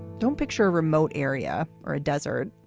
don't picture a remote area or a desert.